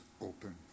open